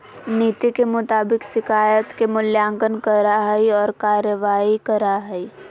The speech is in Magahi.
नीति के मुताबिक शिकायत के मूल्यांकन करा हइ और कार्रवाई करा हइ